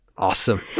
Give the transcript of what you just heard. Awesome